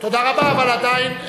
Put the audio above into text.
תודה רבה, אבל עדיין,